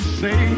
say